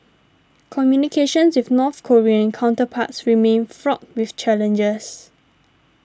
communications with North Korean counterparts remain fraught with challenges